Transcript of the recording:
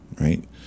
right